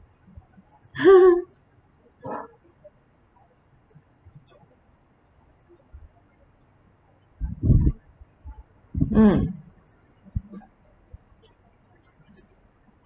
mm